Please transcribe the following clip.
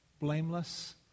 blameless